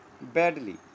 badly